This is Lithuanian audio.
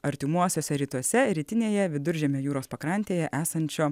artimuosiuose rytuose rytinėje viduržemio jūros pakrantėje esančio